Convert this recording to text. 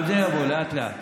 גם זה יבוא, לאט-לאט.